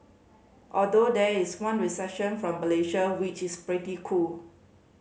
although there is one reception from Malaysia which is pretty cool